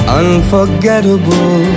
unforgettable